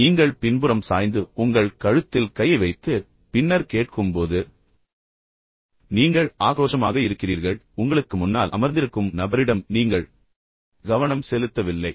எனவே நீங்கள் பின்புறம் சாய்ந்து பின்னர் உங்கள் கழுத்தில் கையை வைத்து பின்னர் கேட்கும்போது நீங்கள் ஆக்ரோஷமாக இருக்கிறீர்கள் உங்களுக்கு முன்னால் அமர்ந்திருக்கும் நபரிடம் நீங்கள் போதுமான கவனம் செலுத்தவில்லை